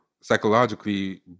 psychologically